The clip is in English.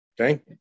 Okay